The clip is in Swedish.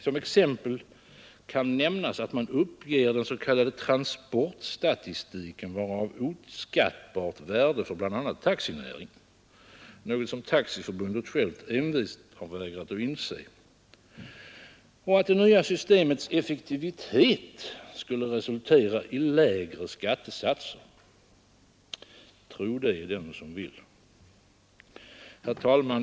Som exempel kan nämnas att man uppger den s.k. transportstatistiken vara av oskattbart värde för bl.a. taxinäringen, något som Taxiförbundet självt envist vägrat att inse, och att det nya systemets effektivitet skulle resultera i lägre skattesatser. Tro det den som vill! Herr talman!